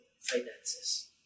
finances